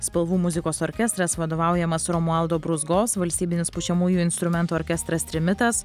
spalvų muzikos orkestras vadovaujamas romualdo brūzgos valstybinis pučiamųjų instrumentų orkestras trimitas